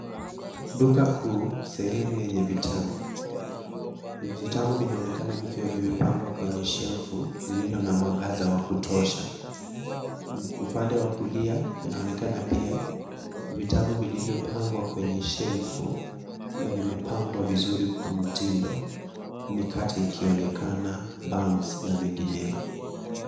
Duka kuu sehemu yenye vitamu vitamu vinaonekana vikiwa vimepangwa kwenye shelfu lililo na mwangaza wa kutosha. Upande wa kulia unaonekana pia vitamu vilivyopangwa kwenye shelfu na vimepangwa vizuri kwa mtindo mikate ikionekana, Buns na mengineyo.